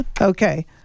Okay